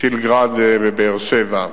טיל "גראד" בבאר-שבע.